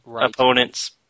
opponent's